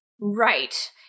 Right